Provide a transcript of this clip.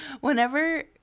whenever